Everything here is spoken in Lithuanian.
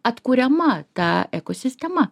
atkuriama ta ekosistema